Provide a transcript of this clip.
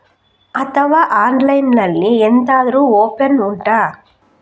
ಅಥವಾ ಆನ್ಲೈನ್ ಅಲ್ಲಿ ಎಂತಾದ್ರೂ ಒಪ್ಶನ್ ಉಂಟಾ